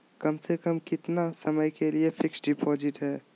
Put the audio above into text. कम से कम कितना समय के लिए फिक्स डिपोजिट है?